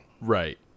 Right